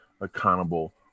accountable